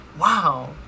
wow